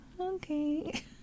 Okay